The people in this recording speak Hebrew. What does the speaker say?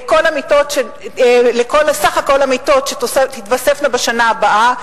זה סך כל המיטות שתתווספנה בשנה הבאה,